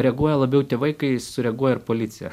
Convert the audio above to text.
reaguoja labiau tėvai kai sureaguoja ir policija